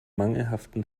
mangelhaften